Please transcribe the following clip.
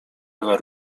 ewa